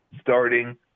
starting